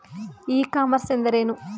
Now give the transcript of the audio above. E commerce ಎಂದರೆ ಏನು?